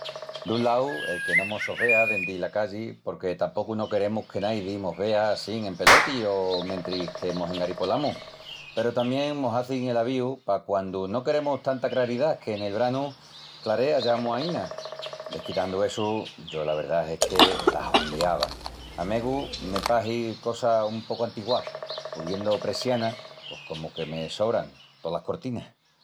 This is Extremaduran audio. Dun lau el que no mo sos vea dendi la calli porque tapocu no queremus que naidi mos vea assín empeloti o mentris que mos engaripolamus. Peru tamién mos hazin el avíu pa quandu no queremus tanta craridá que nel branu clarea ya mu aína. Desquitandu essu yo la verdá es que las hondeava. A megu me pahi cosa un pocu antiguá; uviendu pressianas pos comu que me sobran tolas cortinas.